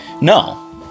No